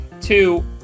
Two